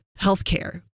healthcare